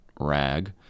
rag